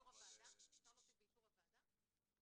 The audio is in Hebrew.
אפשר להוסיף "באישור הוועדה"?